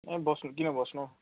ए बस्नु किन बस्नु